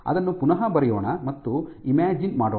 ಅದನ್ನು ಪುನಃ ಬರೆಯೋಣ ಮತ್ತು ಇಮ್ಯಾಜಿನ್ ಮಾಡೋಣ